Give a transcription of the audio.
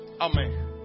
Amen